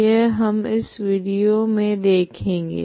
यह हम इस विडियो मे देखेगे